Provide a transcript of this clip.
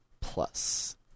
Plus